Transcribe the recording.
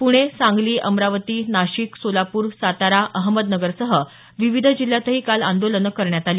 पुणे सांगली अमरावती नाशिक सोलापूर सातारा अहमदनगरसह विविध जिल्ह्यातही काल आंदोलन करण्यात आलं